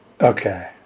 Okay